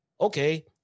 Okay